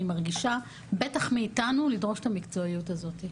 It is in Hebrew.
אני מרגישה, בטח מאיתנו, לדרוש את המקצועיות הזאת.